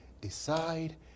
decide